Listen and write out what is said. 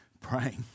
praying